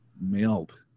mailed